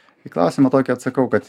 į klausimą tokį atsakau kad